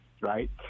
right